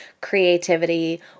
creativity